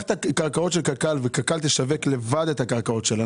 קק"ל צריכה לשווק לבד את הקרקעות שלה,